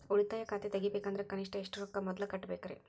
ಉಳಿತಾಯ ಖಾತೆ ತೆಗಿಬೇಕಂದ್ರ ಕನಿಷ್ಟ ಎಷ್ಟು ರೊಕ್ಕ ಮೊದಲ ಕಟ್ಟಬೇಕ್ರಿ?